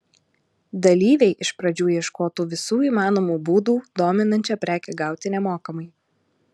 dalyviai iš pradžių ieškotų visų įmanomų būdų dominančią prekę gauti nemokamai